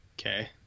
Okay